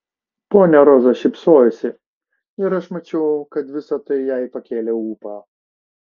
ponia roza šypsojosi ir aš mačiau kad visa tai jai pakėlė ūpą